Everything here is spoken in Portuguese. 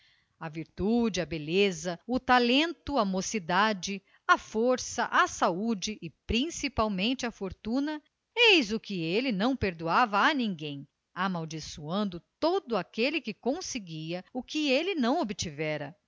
a virtude a beleza o talento a mocidade a força a saúde e principalmente a fortuna eis o que ele não perdoava a ninguém amaldiçoando todo aquele que conseguia o que ele não obtivera